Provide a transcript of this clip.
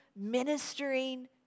ministering